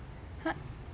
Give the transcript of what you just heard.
他